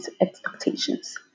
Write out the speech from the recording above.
expectations